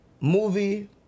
movie